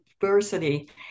diversity